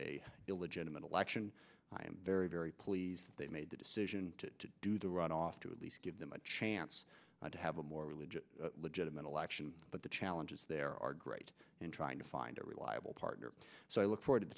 illegitimate election i am very very pleased that made the decision to do the runoff to at least give them a chance to have a more legit legitimate election but the challenges there are great in trying to find a reliable partner so i look forward to the